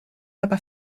aber